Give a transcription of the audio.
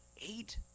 eight